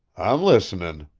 i'm listenin',